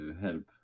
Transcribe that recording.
help